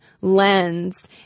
lens